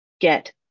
get